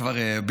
כבר הייתה אחת,